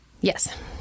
yes